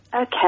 Okay